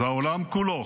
והעולם כולו